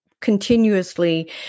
continuously